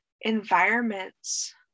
environments